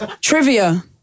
Trivia